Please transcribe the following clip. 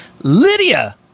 Lydia